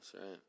right